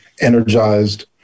energized